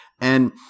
And-